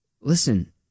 listen